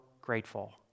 grateful